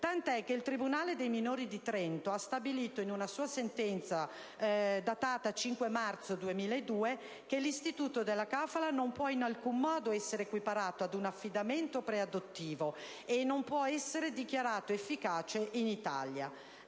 tant'è che il tribunale dei minori di Trento ha stabilito, con una sua sentenza del 5 marzo 2002, che la *kafala* non può in alcun modo essere equiparata ad un affidamento preadottivo e non può essere dichiarata efficace in Italia.